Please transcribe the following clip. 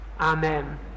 amen